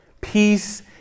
peace